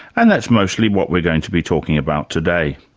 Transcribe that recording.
and that's mostly what we're going to be talking about today.